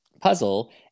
puzzle